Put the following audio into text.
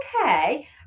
okay